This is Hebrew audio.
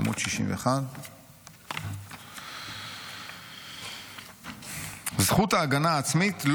עמ' 61. "זכות ההגנה העצמית,